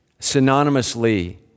synonymously